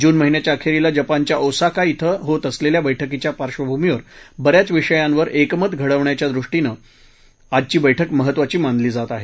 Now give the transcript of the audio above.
जून महिन्याच्या अखेरीला जपानच्या ओसाका ी होत असलेल्या बैठकीच्या पार्श्वभूमीवर बऱ्याच विषयांवर एकमत घडवण्याच्या उद्देशानं आजची बैठक महत्त्वाची मानली जात आहे